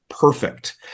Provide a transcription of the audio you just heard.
perfect